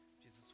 Jesus